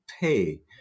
pay